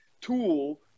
tool